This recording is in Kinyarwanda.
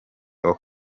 umu